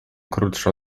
krótsza